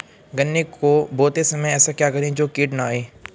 गन्ने को बोते समय ऐसा क्या करें जो कीट न आयें?